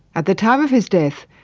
at the time of his death,